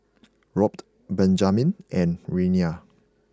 Robt Benjamen and Reyna